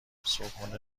صبحونه